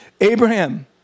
Abraham